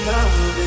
Love